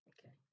Okay